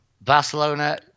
Barcelona